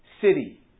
city